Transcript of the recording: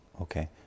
okay